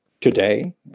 today